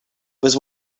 was